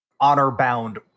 honor-bound